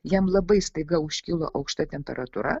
jam labai staiga užkilo aukšta temperatūra